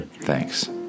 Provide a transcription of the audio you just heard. Thanks